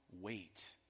Wait